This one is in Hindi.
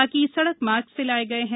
बाकी सड़क मार्ग से लाए गए हैं